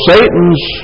Satan's